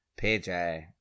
PJ